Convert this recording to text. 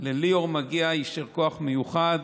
לליאור מגיע יישר כוח מיוחד.